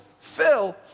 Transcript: Phil